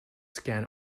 scan